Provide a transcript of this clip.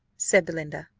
said belinda.